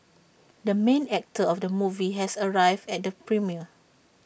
the main actor of the movie has arrived at the premiere